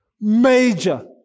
major